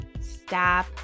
stop